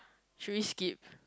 should we skip